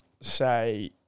say